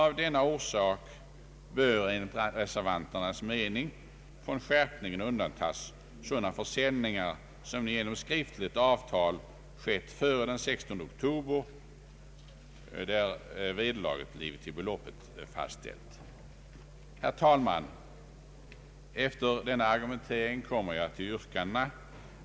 Av denna orsak bör enligt reservanternas mening från skärpningen undantas sådana försäljningar, som genom skriftligt avtal skett före den 16 oktober, där vederlaget blivit till beloppet fastställt. Herr talman! Efter denna argumentering kommer jag till yrkandena.